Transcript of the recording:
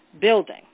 building